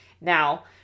now